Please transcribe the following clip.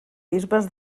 bisbes